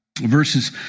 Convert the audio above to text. Verses